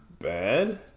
bad